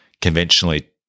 conventionally